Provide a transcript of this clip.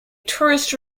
tourist